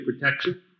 protection